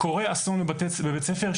קורה אסון בבית ספר,